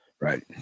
Right